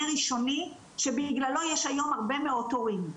ראשוני שבגללו יש היום הרבה מאוד תורים,